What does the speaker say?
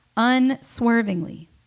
unswervingly